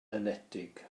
enetig